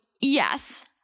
yes